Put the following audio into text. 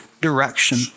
direction